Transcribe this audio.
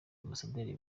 ambasaderi